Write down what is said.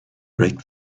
break